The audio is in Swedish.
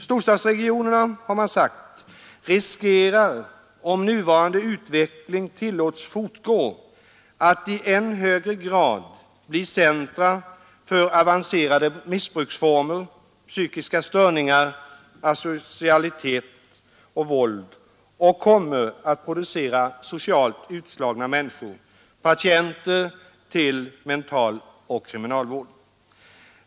Det har sagts att vi riskerar att storstadsregionerna, om nuvarande utveckling tillåts fortgå, i än högre grad blir centra för avancerade missbruksformer, psykiska störningar, asocialitet och våld och kommer att producera socialt utslagna människor, patienter till mentaloch kriminalvård.